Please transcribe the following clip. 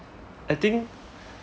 I think